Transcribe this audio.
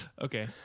Okay